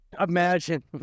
imagine